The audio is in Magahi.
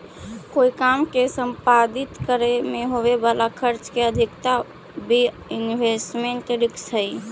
कोई काम के संपादित करे में होवे वाला खर्च के अधिकता भी इन्वेस्टमेंट रिस्क हई